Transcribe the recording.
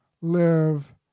live